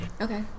Okay